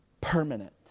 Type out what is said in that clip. permanent